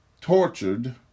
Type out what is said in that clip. tortured